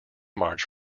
march